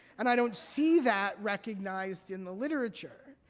and i don't see that recognized in the literature.